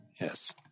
Yes